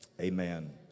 Amen